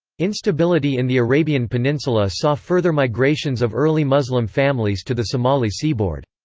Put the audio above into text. instability in the arabian peninsula saw further migrations of early muslim families to the somali seaboard.